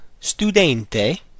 studente